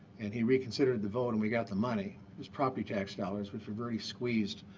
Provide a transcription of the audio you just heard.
and he reconsidered the vote, and we got the money. it was property tax dollars, which were very squeezed.